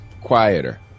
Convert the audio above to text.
quieter